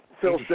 Phil